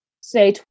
Say